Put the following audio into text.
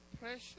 pressure